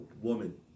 woman